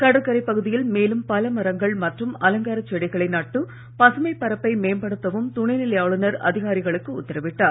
கடற்கரைப் பகுதியில் மேலும் பல மரங்கள் மற்றும் அலங்கார செடிகளை நட்டு பசுமைப் பரப்பை மேம்படுத்தவும் துணைநிலை ஆளுநர் அதிகாரிகளுக்கு உத்தரவிட்டார்